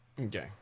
Okay